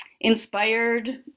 inspired